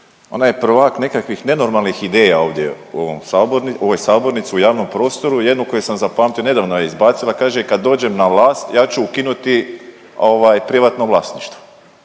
ona je prvak nekakvih nenormalnih ideja ovdje u ovom, u ovoj sabornici u javnom prostoru. Jednu koju sam zapamtio, nedavno ju je izbacila. Kaže kad dođem na vlast ja ću ukinuti, ovaj privatno vlasništvo.